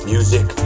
Music